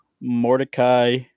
Mordecai